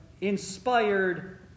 inspired